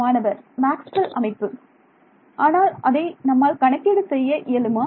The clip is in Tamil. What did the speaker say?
மாணவர் மேக்ஸ்வெல் அமைப்பு ஆனால் அதை நம்மால் கணக்கீடு செய்ய இயலுமா